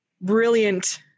brilliant